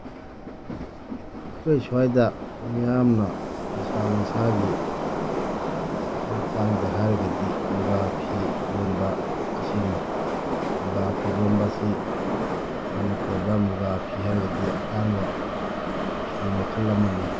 ꯑꯩꯈꯣꯏ ꯁ꯭ꯋꯥꯏꯗ ꯃꯤꯌꯥꯝꯅ ꯐꯤꯁꯥ ꯂꯣꯟꯁꯥꯒꯤ ꯃꯇꯥꯡꯗ ꯍꯥꯏꯔꯒꯗꯤ ꯃꯨꯒꯥ ꯐꯤ ꯂꯣꯟꯕ ꯑꯁꯤꯅꯤ ꯃꯨꯒꯥ ꯐꯤ ꯂꯣꯟꯕ ꯑꯁꯤ ꯃꯅꯤꯄꯨꯔꯗ ꯃꯨꯒꯥ ꯐꯤ ꯍꯥꯏꯔꯒꯗꯤ ꯑꯇꯥꯡꯕ ꯐꯤ ꯃꯈꯜ ꯑꯃꯅꯤ